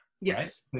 Yes